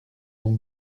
ont